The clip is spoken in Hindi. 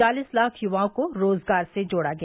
चालीस लाख युवाओं को रोजगार से जोड़ा गया